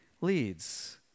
leads